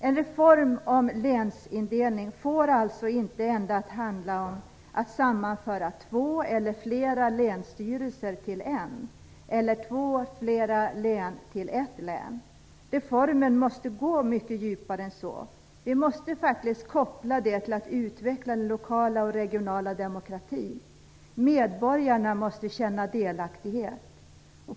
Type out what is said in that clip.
En reform av länsindelningen får alltså inte endast handla om att sammanföra två eller flera länsstyrelser till en eller två eller flera län till ett län. Reformen måste gå mycket djupare än så. Vi måste faktiskt koppla detta till en utveckling av den lokala och regionala demokratin. Medborgarna måste känna delaktighet.